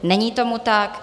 Není tomu tak.